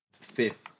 fifth